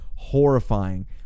Horrifying